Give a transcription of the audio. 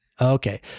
Okay